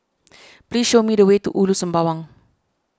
please show me the way to Ulu Sembawang